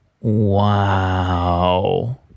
Wow